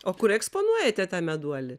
o kur eksponuojate tą meduolį